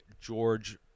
George